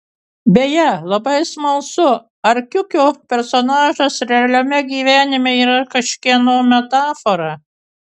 beje labai smalsu ar kiukio personažas realiame gyvenime yra kažkieno metafora